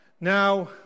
now